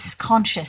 conscious